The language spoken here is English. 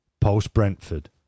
Post-Brentford